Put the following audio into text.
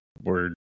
word